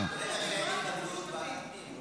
אבל אנחנו קובעים ולא הייעוץ המשפטי.